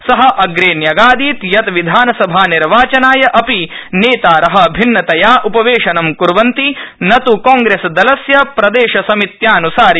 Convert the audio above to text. सः अग्रे न्यगादीत् यत् विधानसभानिर्वाचनाय अपि नेतार भिन्नतया उपवेशनं क्वन्ति न तु कांग्रेसदलस्य प्रदेशसमित्यान्सारि